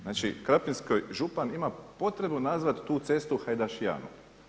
Znači krapinski župan ima potrebu nazvati tu cestu „Hajdašijanom“